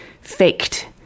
faked